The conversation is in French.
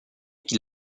qu’il